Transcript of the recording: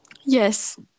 Yes